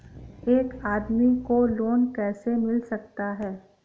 एक आदमी को लोन कैसे मिल सकता है?